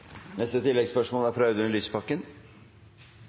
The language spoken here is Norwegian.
neste oppfølgingsspørsmål, som er fra